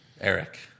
eric